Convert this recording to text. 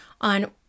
on